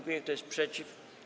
Kto jest przeciw?